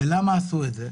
למה עשו את זה?